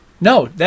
No